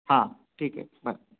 हां ठीक आहे बरं